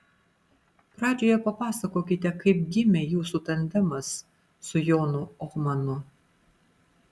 pradžioje papasakokite kaip gimė jūsų tandemas su jonu ohmanu